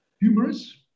Humorous